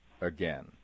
again